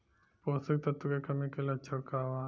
पोषक तत्व के कमी के लक्षण का वा?